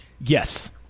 Yes